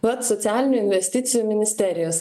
vat socialinių investicijų ministerijos